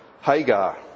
Hagar